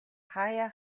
хааяа